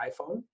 iPhone